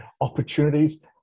Opportunities